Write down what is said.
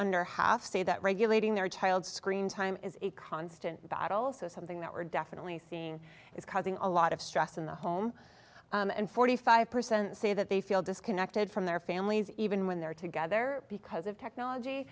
under half say that regulating their child's screen time is a constant battle also something that we're definitely seeing is causing a lot of stress in the home and forty five percent say that they feel disconnected from their families even when they're together because of technology